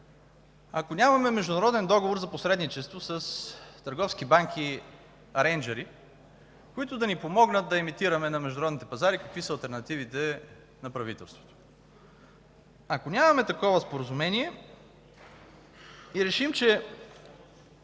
ако нямаме международен договор за посредничество с търговски банки, рейнджъри, които да ни помогнат да емитираме на международните пазари, какви са алтернативите на правителството. Ако нямаме такова споразумение и решим, че